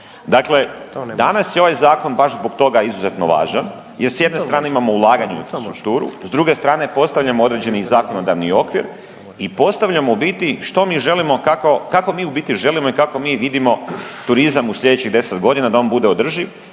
Dakle, danas je ovaj zakon baš zbog toga izuzetno važan jer s jedne strane imamo ulaganje u infrastrukturu, s druge strane postavljamo određeni zakonodavni okvir i postavljamo u biti što mi želimo kako mi u biti želimo i kako mi vidimo turizam u sljedećih 10 godina da on bude održiv